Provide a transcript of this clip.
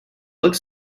look